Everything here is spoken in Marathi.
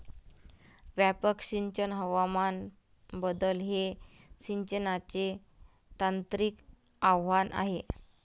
व्यापक सिंचन हवामान बदल हे सिंचनाचे तांत्रिक आव्हान आहे